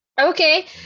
Okay